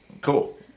Cool